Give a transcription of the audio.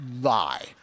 Lie